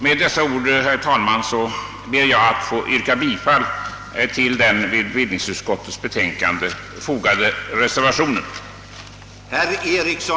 Med dessa ord ber jag herr talman, få yrka bifall till den vid bevillningsutskottets betänkande fogade reservationen.